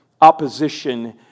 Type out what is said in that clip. opposition